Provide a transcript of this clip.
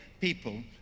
people